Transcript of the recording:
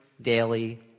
daily